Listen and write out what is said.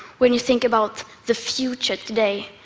when you think about the future today,